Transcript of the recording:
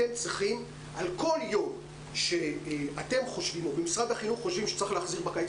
אתם צריכים על כל יום שמשרד החינוך חושבים שצריך להחזיר בקיץ,